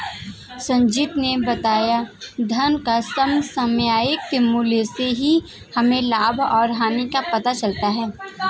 संजीत ने बताया धन का समसामयिक मूल्य से ही हमें लाभ और हानि का पता चलता है